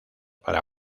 para